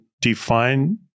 define